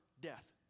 death